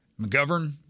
McGovern